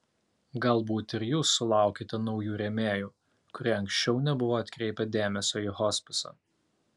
galbūt ir jūs sulaukėte naujų rėmėjų kurie anksčiau nebuvo atkreipę dėmesio į hospisą